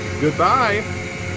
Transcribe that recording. goodbye